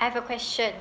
I've a question